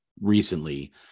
recently